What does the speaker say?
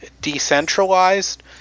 decentralized